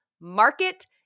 market